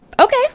Okay